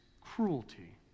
cruelty